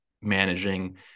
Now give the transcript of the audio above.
managing